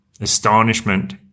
astonishment